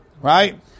Right